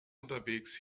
unterwegs